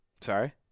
Sorry